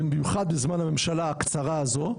במיוחד בזמן הממשלה הקצרה הזו,